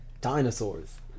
Dinosaurs